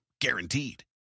Guaranteed